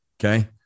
Okay